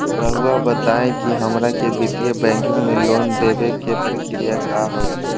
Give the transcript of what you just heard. रहुआ बताएं कि हमरा के वित्तीय बैंकिंग में लोन दे बे के प्रक्रिया का होई?